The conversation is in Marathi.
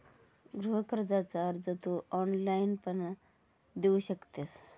गृह कर्जाचो अर्ज तू ऑनलाईण पण देऊ शकतंस